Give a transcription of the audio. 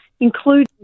including